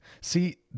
See